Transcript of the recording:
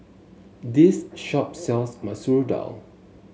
this shop sells Masoor Dal